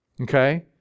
Okay